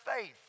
faith